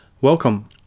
welcome